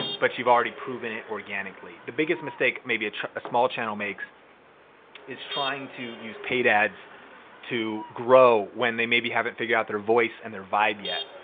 but you've already proven it organically. the biggest mistake, maybe a small channel makes is trying to use paid ads to grow when they maybe haven't figured out their voice and their vibe yet.